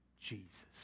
Jesus